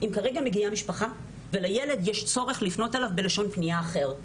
אם כרגע מגיעה משפחה ולילד יש צורך שיפנו אליו בלשון פנייה אחרת.